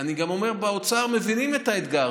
באוצר מבינים את האתגר,